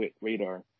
radar